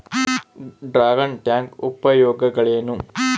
Dragon tank ಉಪಯೋಗಗಳೇನು?